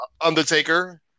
Undertaker